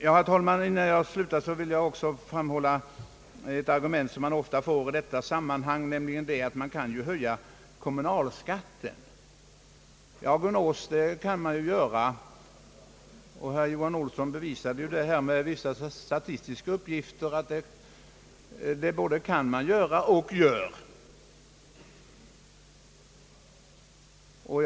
Innan jag slutar, herr talman, vill jag också ta upp ett argument som man ofta får höra i detta sammanhang, nämligen att man ju kan höja kommunalskatten. Ja, gunås, det kan man göra, och herr Johan Olsson bevisade med vissa statistiska uppgifter att man både kan göra det och gör det.